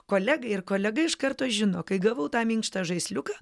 kolegai ir kolega iš karto žino kai gavau tą minkštą žaisliuką